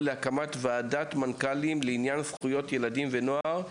להקמת ועדת מנכ"לים לעניין זכויות ילדים ונוער,